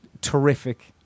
terrific